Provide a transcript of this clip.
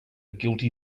guilty